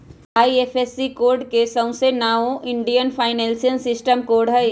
IFSC code के सऊसे नाओ इंडियन फाइनेंशियल सिस्टम कोड हई